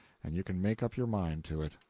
and you can make up your mind to it.